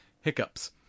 hiccups